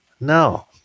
No